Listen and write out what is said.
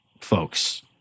folks